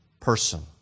person